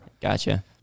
Gotcha